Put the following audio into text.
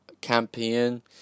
campaign